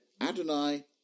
adonai